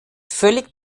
völlig